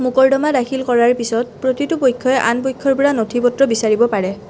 মোকৰ্দমা দাখিল কৰাৰ পিছত প্ৰতিটো পক্ষই আন পক্ষৰপৰা নথি পত্ৰ বিচাৰিব পাৰে